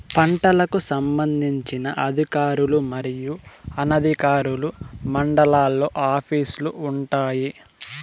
పంటలకు సంబంధించిన అధికారులు మరియు అనధికారులు మండలాల్లో ఆఫీస్ లు వుంటాయి?